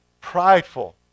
prideful